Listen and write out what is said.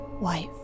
wife